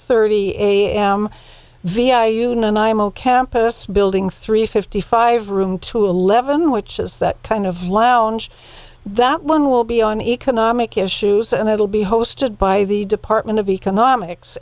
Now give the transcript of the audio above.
thirty am vi yoon and i am a campus building three fifty five room two eleven which is that kind of lounge that one will be on economic issues and it will be hosted by the department of economics